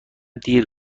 دیر